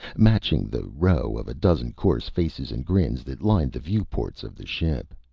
matching the row of a dozen coarse faces and grins that lined the view-ports of the ship.